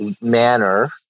manner